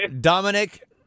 Dominic